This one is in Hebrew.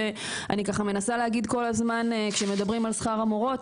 שאני מנסה ככה להגיד כל הזמן כשמדברים על שכר המורות,